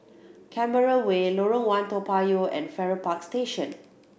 Canberra Way Lorong One Toa Payoh and Farrer Park Station